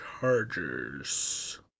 Chargers